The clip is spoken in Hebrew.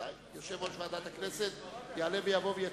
יושב-ראש ועדת הכנסת יעלה ויבוא ויציג.